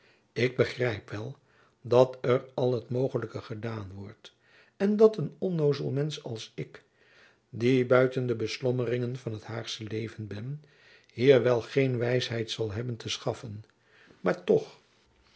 ik begrijp wel dat er al het mogelijke gedaan wordt en dat een onnoozel mensch als ik die buiten de beslommeringen van het haagsche leven ben hier wel geen wijsheid zal hebben te schaffen maar toch